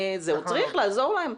הוא צריך לעזור להם.